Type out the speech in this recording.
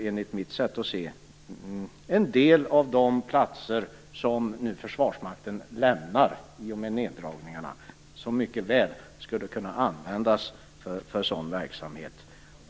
Enligt mitt sätt att se är det en del av de platser som nu Försvarsmakten lämnar i och med neddragningarna som mycket väl skulle kunna användas för sådan verksamhet.